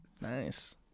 Nice